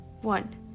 One